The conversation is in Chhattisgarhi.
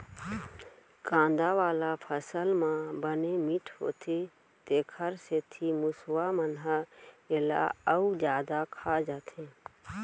कांदा वाला फसल मन बने मिठ्ठ होथे तेखर सेती मूसवा मन ह एला अउ जादा खा जाथे